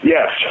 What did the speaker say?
Yes